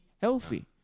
healthy